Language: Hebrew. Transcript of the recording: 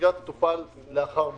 ההסגה תטופל לאחר מכן.